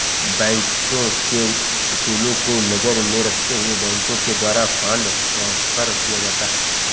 बैंकों के उसूलों को नजर में रखते हुए बैंकों के द्वारा फंड ट्रांस्फर किया जाता है